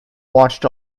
watched